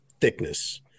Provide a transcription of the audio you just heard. thickness